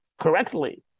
correctly